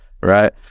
right